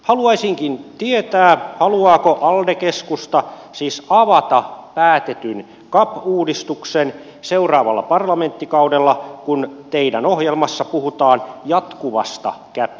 haluaisinkin tietää haluaako alde keskusta siis avata päätetyn cap uudistuksen seuraavalla parlamenttikaudella kun teidän ohjelmassa puhutaan jatkuvasta cap uudistuksesta